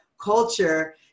culture